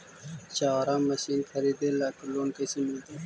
चारा मशिन खरीदे ल लोन कैसे मिलतै?